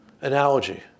analogy